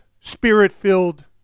Spirit-filled